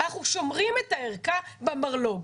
אנחנו שומרים את הערכה במרלוג.